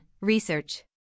Research